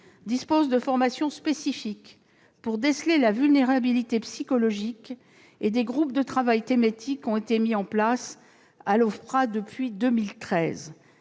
disposent de formations spécifiques pour déceler la vulnérabilité psychologique, et des groupes de travail thématiques ont été mis en place à l'OFPRA depuis 2013.